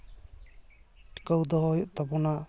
ᱴᱤᱠᱟᱹᱣ ᱫᱚᱦᱚᱭ ᱦᱩᱭᱩᱜ ᱛᱟᱵᱚᱱᱟ